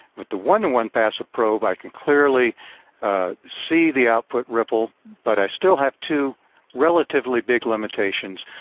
with the one one passive probe, i can clearly see the output ripple but i still have two relatively big limitations.